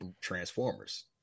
Transformers